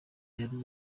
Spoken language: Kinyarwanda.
yari